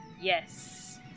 Yes